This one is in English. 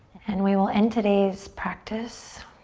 and we will end today's practice